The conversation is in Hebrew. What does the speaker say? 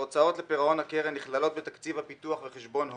ההוצאות לפירעון הקרן נכללות בתקציב הפיתוח וחשבון הון,